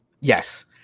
Yes